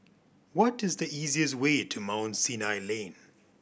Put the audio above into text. what is the easiest way to Mount Sinai Lane